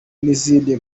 n’izindi